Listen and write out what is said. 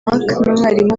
umwarimu